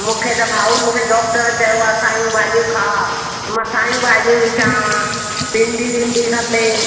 मूंखे त भाऊ मूंखे डॉक्टर चयो आहे सायूं भाॼियूं खाउ मां सायूं भाॼियूं थी चवांव भिंडी विंडी खपे